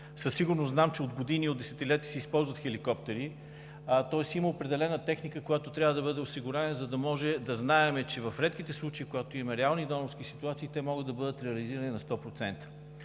Със сигурност знам, че от години, от десетилетия се използват хеликоптери, тоест има определена техника, която трябва да бъде осигурена, за да може да знаем, че в редките случаи, когато имаме реални донорски ситуации, те могат да бъдат реализирани на 100